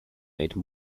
made